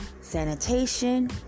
Sanitation